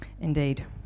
Indeed